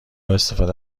استفاده